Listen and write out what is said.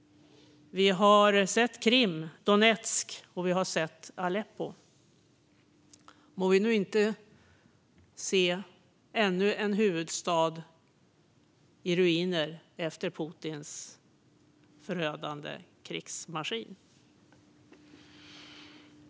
Vi har sett Krim, Donetsk och Aleppo. Må vi nu inte se ännu en huvudstad i ruiner efter Putins förödande krigsmaskin. Fru talman!